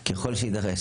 גדור: "ככל שיידרש".